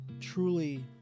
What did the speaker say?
truly